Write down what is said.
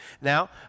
Now